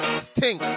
stink